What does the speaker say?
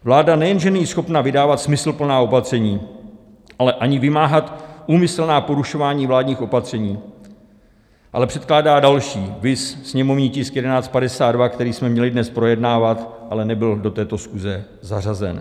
Vláda nejen že není schopna vydávat smysluplná opatření, ale ani vymáhat úmyslná porušování vládních opatření, ale předkládá další, viz sněmovní tisk 1152, který jsme měli dnes projednávat, ale nebyl do této schůze zařazen.